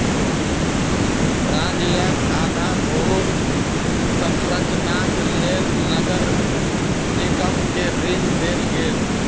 राज्यक आधारभूत संरचनाक लेल नगर निगम के ऋण देल गेल